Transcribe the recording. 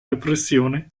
repressione